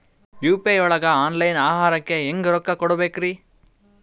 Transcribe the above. UPI ಒಳಗ online ಆಹಾರಕ್ಕೆ ಹೆಂಗ್ ರೊಕ್ಕ ಕೊಡಬೇಕ್ರಿ?